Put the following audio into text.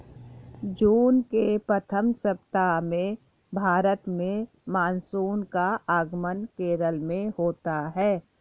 जून के प्रथम सप्ताह में भारत में मानसून का आगमन केरल में होता है